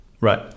Right